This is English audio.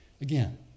Again